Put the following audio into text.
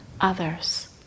others